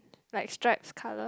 like stripes color